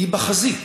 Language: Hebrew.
היא בחזית.